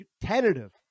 tentative